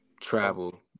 travel